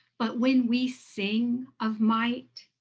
but when we sing of might,